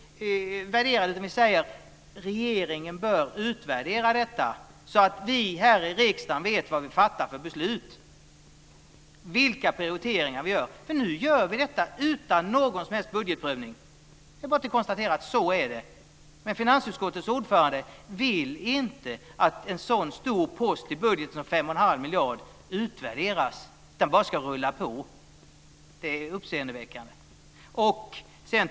Men nu gör vi detta utan någon som helst budgetprövning. Det är bara att konstatera att så är det. Finansutskottets ordförande vill inte att en så stor post i budgeten som 5 1⁄2 miljard utvärderas, utan det ska bara rulla på. Det är uppseendeväckande.